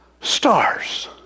Stars